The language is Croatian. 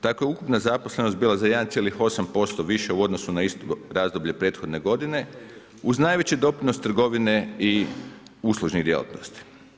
Tako je ukupna zaposlenost bila za 1,8% viši u odnosu na isto razbolje prethodne godine uz najveći doprinos trgovine i uslužnih djelatnosti.